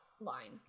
line